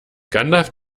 gandalf